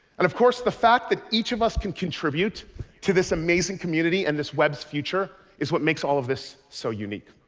and of course the fact that each of us can contribute to this amazing community and this web's future is what makes all of this so unique.